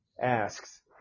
asks